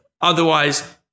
otherwise